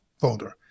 folder